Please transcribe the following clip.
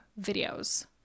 videos